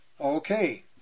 Okay